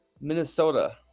Minnesota